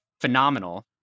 phenomenal